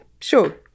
sure